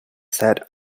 said